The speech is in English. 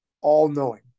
all-knowing